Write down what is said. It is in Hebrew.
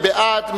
מי בעד?